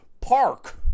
Park